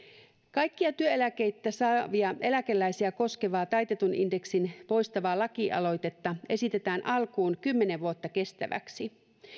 kaikkia työeläkettä saavia eläkeläisiä koskevaa taitetun indeksin poistavaa lakialoitetta esitetään alkuun kymmenen vuotta kestäväksi